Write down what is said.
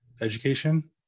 education